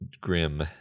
grim